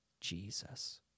Jesus